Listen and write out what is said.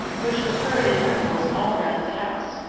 which recurred at intervals all round the house.